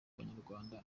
banyarwanda